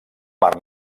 mar